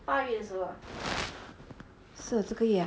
是这个月